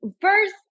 first